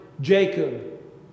Jacob